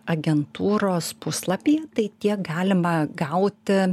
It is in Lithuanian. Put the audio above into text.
agentūros puslapyje tai tiek galima gauti